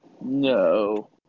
no